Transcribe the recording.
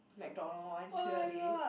McDonald one clearly